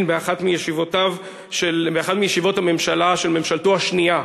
באחת מישיבות הממשלה של ממשלתו השנייה: